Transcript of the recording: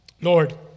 Lord